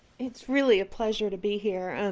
it's really a pleasure to be here.